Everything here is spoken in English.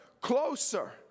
closer